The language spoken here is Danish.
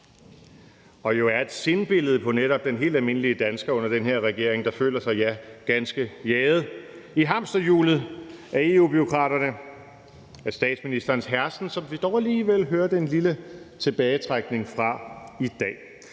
er jo et sindbillede på netop den helt almindelige dansker under den her regering, der føler sig ganske jaget i hamsterhjulet af EU-bureaukraterne, af statsministerens hersen, som vi dog alligevel hørte en lille tilbagetrækning fra i dag.